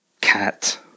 Cat